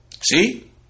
See